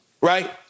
right